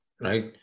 right